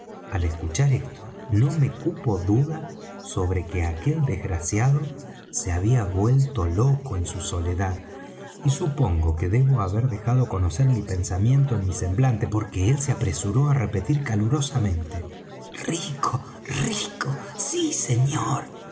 al escuchar esto no me cupo duda sobre que aquel desgraciado se había vuelto loco en su soledad y supongo que debo haber dejado conocer mi pensamiento en mi semblante porque él se apresuró á repetir calurosamente rico rico sí señor